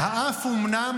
"האף אמנם